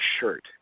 shirt